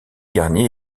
garnier